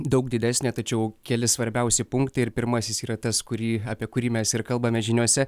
daug didesnė tačiau keli svarbiausi punktai ir pirmasis yra tas kurį apie kurį mes ir kalbame žiniose